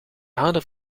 houder